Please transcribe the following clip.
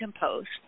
Post